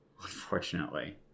Unfortunately